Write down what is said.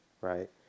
right